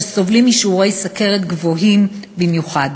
שסובלים משיעורי סוכרת גבוהים במיוחד.